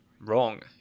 wrong